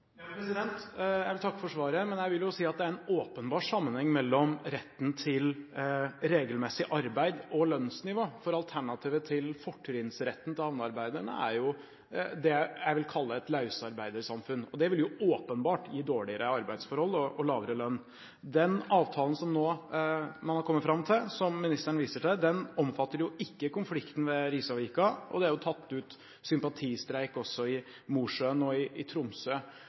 Jeg vil takke for svaret, men jeg vil si at det er en åpenbar sammenheng mellom retten til regelmessig arbeid og lønnsnivå, for alternativet til fortrinnsretten til havnearbeiderne er det jeg vil kalle et lausarbeidersamfunn. Det vil jo åpenbart gi dårligere arbeidsforhold og lavere lønn. Den avtalen man nå har kommet fram til, og som ministeren viser til, omfatter ikke konflikten ved Risavika, og det er tatt ut sympatistreik også i Mosjøen og i Tromsø.